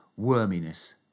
worminess